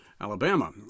Alabama